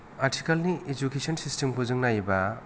आथिखालनि इडुकेसन सिस्तेमखौ जों नायोबा